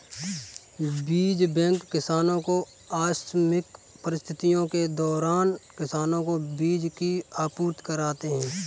बीज बैंक किसानो को आकस्मिक परिस्थितियों के दौरान किसानो को बीज की आपूर्ति कराते है